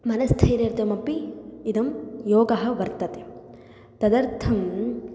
मनस्थैर्यार्थमपि इदं योगः वर्तते तदर्थं